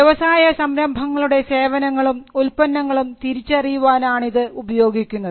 വ്യവസായ സംരംഭങ്ങളുടെ സേവനങ്ങളും ഉല്പന്നങ്ങളും തിരിച്ചറിയുവാനാണിതുപയോഗിക്കുന്നത്